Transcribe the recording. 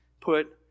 put